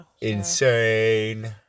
insane